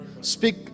Speak